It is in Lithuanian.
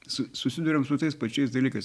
su susiduriam su tais pačiais dalykais